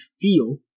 feel